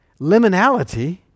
Liminality